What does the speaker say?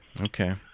Okay